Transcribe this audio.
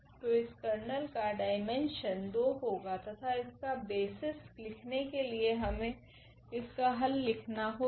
तो इस कर्नेल का डाईमेन्शन 2 होगा तथा इसका बेसिस लिखने के लिए हमे इसका हल लिखना होगा